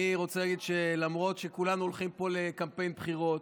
אני רוצה להגיד שלמרות שכולנו הולכים פה לקמפיין בחירות,